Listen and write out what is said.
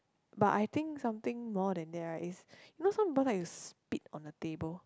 but I think something more than that right is you know some people like to spit on the table